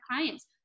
clients